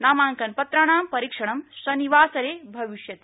नामांकनपत्राणां परीक्षणं शनिवासरें भविष्यति